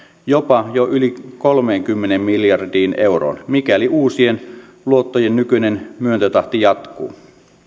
jopa jo yli kolmeenkymmeneen miljardiin euroon mikäli uusien luottojen nykyinen myöntötahti jatkuu